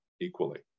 equally